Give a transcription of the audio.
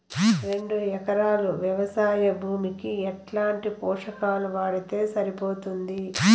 రెండు ఎకరాలు వ్వవసాయ భూమికి ఎట్లాంటి పోషకాలు వాడితే సరిపోతుంది?